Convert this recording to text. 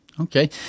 okay